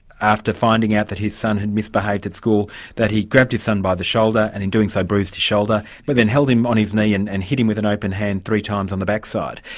after finding out that his son had misbehaved at school that he grabbed his son by the shoulder and in doing so bruised his shoulder, but then held him on his knee and and hit him with an open hand three times on the backside.